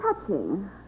touching